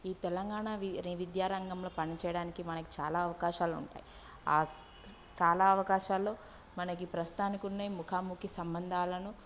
ఈ తెలంగాణ వి అనే విద్యారంగంలో పనిచేయడానికి మనకు చాలా అవకాశాలుంటాయి ఆస్ చాలా అవకాశాల్లో మనకి ప్రస్తుతానికి ఉన్నయి ముఖాముఖి సంబంధాలను